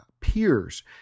peers